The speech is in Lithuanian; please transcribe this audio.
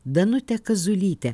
danutę kazulytę